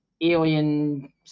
Alien